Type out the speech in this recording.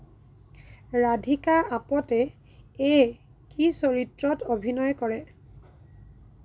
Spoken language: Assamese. ৰাধিকা আপটেই কি চৰিত্ৰত অভিনয় কৰে